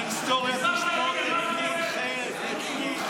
ההיסטוריה תשפוט את כולכם --- שנייה,